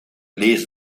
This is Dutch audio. lees